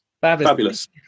Fabulous